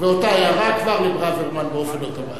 ואותה הערה כבר לברוורמן באופן אוטומטי.